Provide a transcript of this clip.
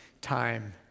time